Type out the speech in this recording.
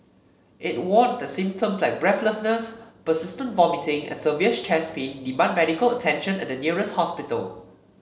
it warns that symptoms like breathlessness persistent vomiting and severe chest pain demand medical attention at the nearest hospital